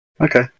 Okay